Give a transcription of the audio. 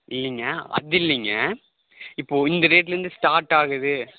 இல்லைங்க அப்படி இல்லைங்க இப்போது இந்த ரேட்லேருந்து ஸ்டார்ட் ஆகுது